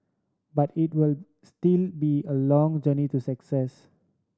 but it will still be a long journey to success